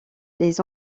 les